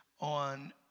on